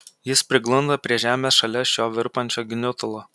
jis priglunda prie žemės šalia šio virpančio gniutulo